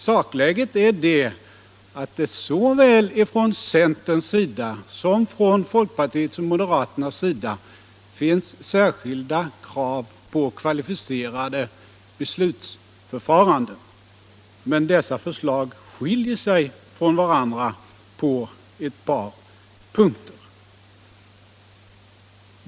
Sakläget är att det såväl från centern som från folkpartiet och moderaterna finns särskilda krav på kvalificerade beslutsförfaranden. Men dessa förslag skiljer sig från varandra på ett par punkter.